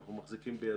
שאנחנו מחזיקים בידינו,